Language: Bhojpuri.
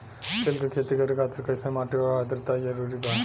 तिल के खेती करे खातिर कइसन माटी आउर आद्रता जरूरी बा?